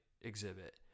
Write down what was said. exhibit